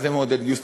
מה זה מעודד גיוס?